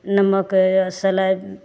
नमक सलाइ